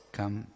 come